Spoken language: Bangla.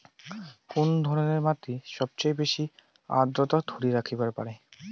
কুন ধরনের মাটি সবচেয়ে বেশি আর্দ্রতা ধরি রাখিবার পারে?